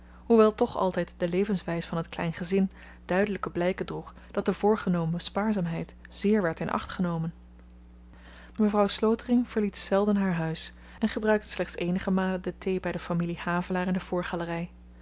hoewel toch altyd de levenswys van t klein gezin duidelyke blyken droeg dat de voorgenomen spaarzaamheid zeer werd in acht genomen mevrouw slotering verliet zelden haar huis en gebruikte slechts eenige malen de thee by de familie havelaar in de